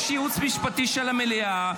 יש ייעוץ משפטי של המליאה,